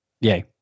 Yay